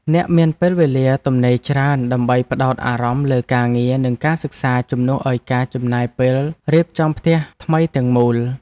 អ្នកមានពេលវេលាទំនេរច្រើនដើម្បីផ្ដោតអារម្មណ៍លើការងារនិងការសិក្សាជំនួសឱ្យការចំណាយពេលរៀបចំផ្ទះថ្មីទាំងមូល។